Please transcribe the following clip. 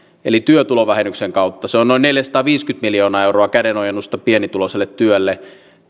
eli työtulovähennyksen kautta se on on noin neljäsataaviisikymmentä miljoonaa euroa kädenojennusta pienituloiselle työlle